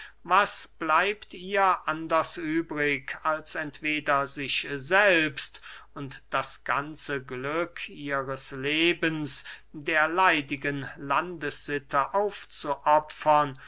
was bleibt ihr anders übrig als entweder sich selbst und das ganze glück ihres lebens der leidigen landessitte aufzuopfern